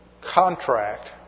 contract